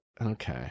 okay